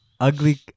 Ugly